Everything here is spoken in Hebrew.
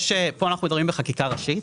פה אנחנו מדברים בחקיקה ראשית,